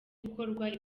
gukorwa